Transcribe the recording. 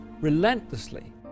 Relentlessly